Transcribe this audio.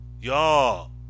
y'all